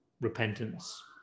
repentance